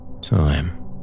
Time